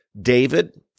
David